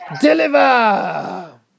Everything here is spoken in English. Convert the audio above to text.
Deliver